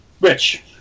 Rich